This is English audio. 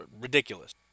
ridiculous